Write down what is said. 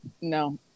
no